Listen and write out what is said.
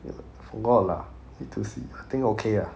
ya forgot lah need to see I think okay ah